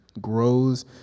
grows